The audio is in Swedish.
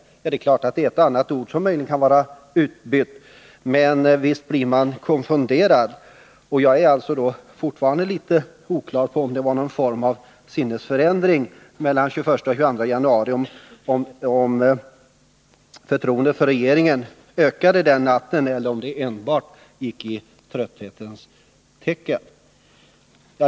Det är klart att ett och annat ord möjligen kan vara utbytt, men visst blir man konfunderad. Det är fortfarande oklart för mig om det skedde någon form av sinnesförändring mellan den 21 och den 22 januari, om förtroendet för regeringen ökade den natten, eller om det hela bara gick i trötthetens tecken.